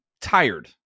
tired